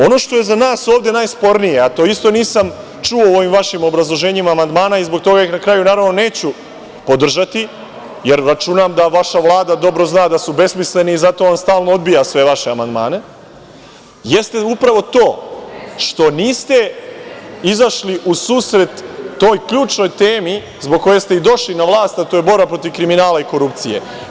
Ono što je za nas ovde najspornije, a to isto nisam čuo u ovim vašim obrazloženjima amandmana i zbog toga ih na kraju neću podržati, jer računam da vaša Vlada dobro zna da su besmisleni i zato vam stalno odbija sve vaše amandmane, jeste upravo to što niste izašli u susret toj ključnoj temi zbog koje ste i došli na vlast, a to je borba protiv kriminala i korupcije?